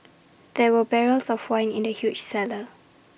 there were barrels of wine in the huge cellar